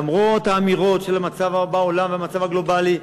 למרות האמירות על המצב בעולם והמצב הגלובלי,